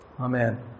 Amen